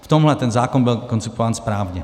V tomhle ten zákon byl koncipován správně.